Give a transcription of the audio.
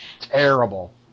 terrible